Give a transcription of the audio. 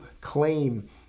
claim